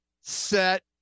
set